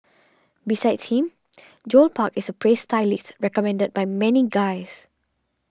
besides him Joel Park is a praised stylist recommended by many guys